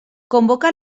convoca